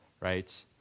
right